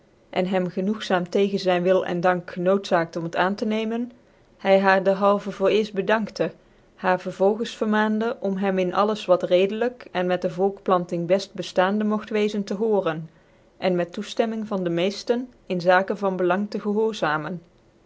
en hem genoegzaam tegens zyn wil en dank genoodzaakt om het aan tc nemen hy haar derhalve voor cerft bedankte haar vervolgens vermaande om hem in alles wat rcdclyk cn met de volkplanting beft beftaande mogt weezen tc hoorenden met toeftemming van de meeften in zaken van belang tc gehoorzamen